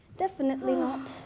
definitely not.